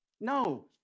No